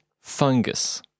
fungus